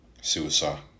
suicide